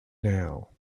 now